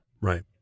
Right